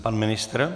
Pan ministr?